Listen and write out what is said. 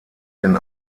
den